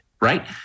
Right